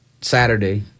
Saturday